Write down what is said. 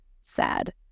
sad